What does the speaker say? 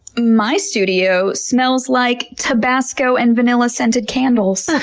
my studio smells like tabasco and vanilla scented candles.